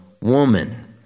woman